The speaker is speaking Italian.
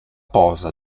posa